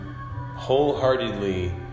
wholeheartedly